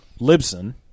Libson